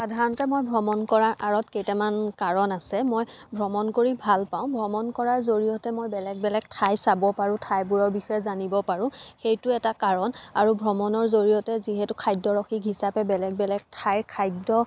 সাধাৰণতে মই ভ্ৰমণ কৰাৰ আঁৰত কেইটামান কাৰণ আছে মই ভ্ৰমণ কৰি ভাল পাওঁ ভ্ৰমণ কৰাৰ জৰিয়তে মই বেলেগ বেলেগ ঠাই চাব পাৰোঁ ঠাইবোৰৰ বিষয়ে জানিব পাৰোঁ সেইটো এটা কাৰণ আৰু ভ্ৰমণৰ জৰিয়তে যিহেতু খাদ্যৰসিক হিচাপে বেলেগ বেলেগ ঠাইৰ খাদ্য